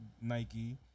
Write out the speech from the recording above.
Nike